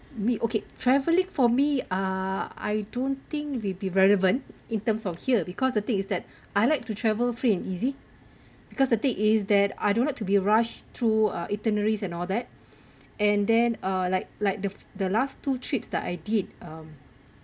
me okay traveling for me uh I don't think will be relevant in terms of here because the thing is that I like to travel free and easy because the thing is that I don't like to be rush through uh itineraries and all that and then uh like like the the last two trips that I did um